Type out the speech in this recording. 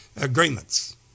agreements